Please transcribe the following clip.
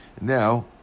now